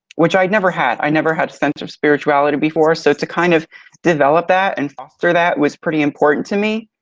which i'd never had. i never had a sense of spirituality before, so to kind of develop that and foster that was pretty important to me.